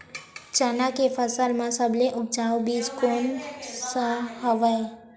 चना के फसल म सबले उपजाऊ बीज कोन स हवय?